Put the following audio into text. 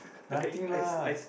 nothing lah